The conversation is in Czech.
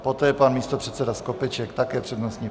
Poté pan místopředseda Skopeček také přednostní právo.